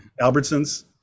Albertsons